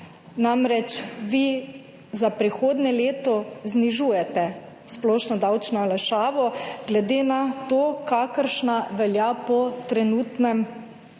Namreč, vi za prihodnje leto znižujete splošno davčno olajšavo glede na to, kakršna velja po trenutnem zakonu,